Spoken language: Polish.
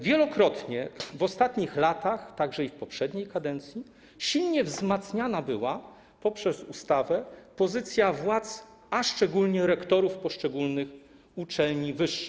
Wielokrotnie w ostatnich latach - także w poprzedniej kadencji - silnie wzmacniana była przez ustawę pozycja władz, szczególnie rektorów poszczególnych uczelni wyższych.